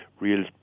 real